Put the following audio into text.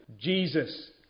Jesus